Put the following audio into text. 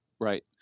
Right